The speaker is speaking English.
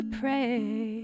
pray